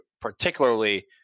Particularly